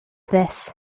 this